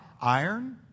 iron